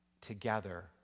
together